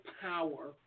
power